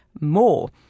more